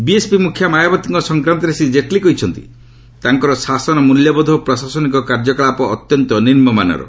BSP ମୁଖିଆ ମାୟାବତୀଙ୍କ ସଂକ୍ରାନ୍ତରେ ଶ୍ରୀ କେଟଲୀ କହିଛନ୍ତି ତାଙ୍କର ଶାସନ ମୂଲ୍ୟବୋଧ ଓ ପ୍ରଶାସନିକ କାର୍ଯ୍ୟକଳାପ ଅତ୍ୟନ୍ତ ନିମୁମାନର